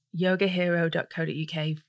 Yogahero.co.uk